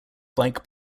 bike